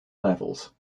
levels